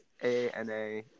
ANA